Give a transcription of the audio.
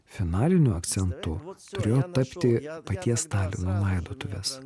finaliniu akcentu turėjo tapti paties stalino laidotuvės